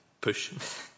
push